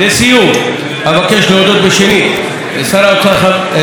אבקש להודות שנית לשר האוצר משה כחלון,